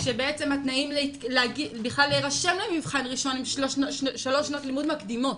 שבעצם התנאים בכלל להירשם למבחן ראשון הן שלוש שנות לימוד מקדימות.